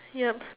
yup